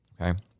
Okay